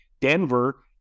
Denver